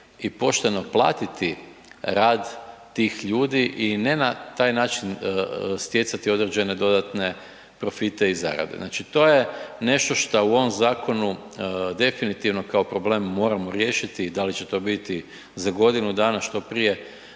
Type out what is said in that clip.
i pošteno platiti rad tih ljudi i ne na taj način stjecati određene dodatne profite i zarade. Znači to je nešto što u ovom zakonu definitivno kao problem moramo riješiti. Da li će to biti za godinu dana, što prije,